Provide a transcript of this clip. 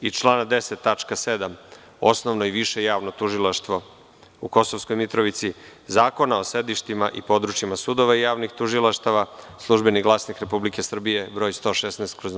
i člana 10. tačka 7. Osnovno i Više javno tužilaštvo u Kosovskoj Mitrovici, Zakona o sedištima i područjima sudova i javnih tužilaštava, „Službeni glasnik Republike Srbije“, broj 116/